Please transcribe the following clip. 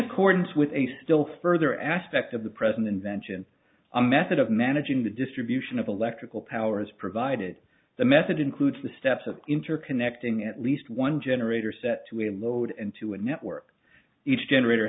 accordance with a still further aspect of the present invention a method of managing the distribution of electrical power as provided the method includes the steps of interconnecting at least one generator set to a load and to a network each generator